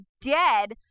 dead